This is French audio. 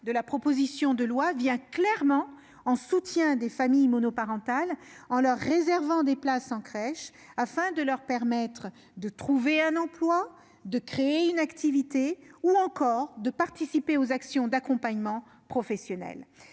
proposition de loi soutient clairement les familles monoparentales en leur réservant des places en crèche afin de leur permettre de trouver un emploi, de créer une activité, ou encore de participer aux actions d'accompagnement professionnel.